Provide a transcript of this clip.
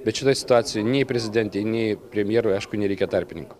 bet šitoj situacijoj nei prezidentei nei premjerui aišku nereikia tarpininko